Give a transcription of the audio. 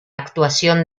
actuación